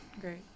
Great